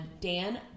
Dan